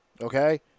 Okay